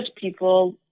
people